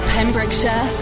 Pembrokeshire